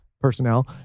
personnel